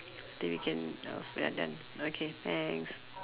then we can off we are done okay thanks